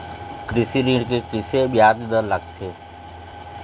कृषि ऋण के किसे ब्याज दर लगथे?